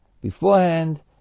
beforehand